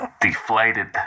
deflated